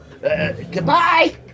Goodbye